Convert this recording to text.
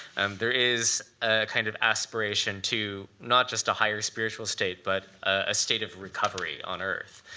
there is a kind of aspiration to not just a higher spiritual state, but a state of recovery on earth.